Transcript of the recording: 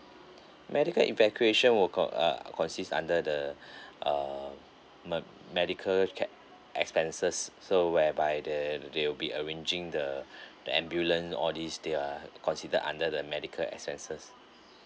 medical evacuation will co~ uh uh consist under the err me~ medical check expenses so whereby they they'll be arranging the the ambulance or this they are considered under the medical expenses